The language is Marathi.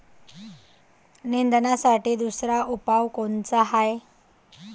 निंदनासाठी दुसरा उपाव कोनचा हाये?